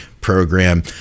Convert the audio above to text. program